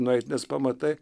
nueit nes pamatai